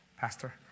Pastor